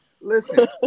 listen